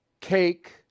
cake